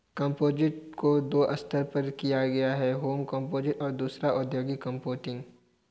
composting को दो स्तर पर किया जाता है होम कंपोस्टिंग और दूसरा औद्योगिक कंपोस्टिंग